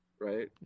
Right